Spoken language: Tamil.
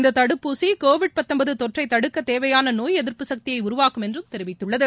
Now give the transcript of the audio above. இந்த தடுப்பூசி கோவிட் தொற்றைத் தடுக்க தேவையான நோய் எதிர்ப்பு சக்தியை உருவாக்கும் என்றும் தெரிவித்துள்ளது